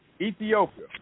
Ethiopia